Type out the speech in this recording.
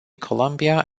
colombia